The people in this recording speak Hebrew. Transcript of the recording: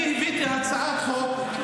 אני הבאתי הצעת חוק,